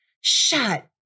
shut